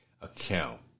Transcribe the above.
account